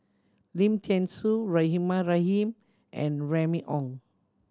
Lim Thean Soo Rahimah Rahim and Remy Ong